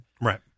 Right